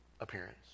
appearance